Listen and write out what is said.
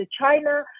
China